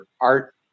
art